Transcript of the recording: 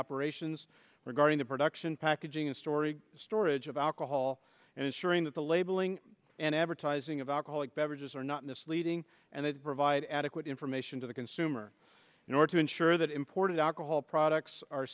operations regarding the production packaging and story storage of alcohol and ensuring that the labeling and advertising of alcoholic beverages are not misleading and that provide adequate information to the consumer in order to ensure that imported alcohol products are